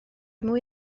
mwy